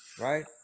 right